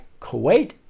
Kuwait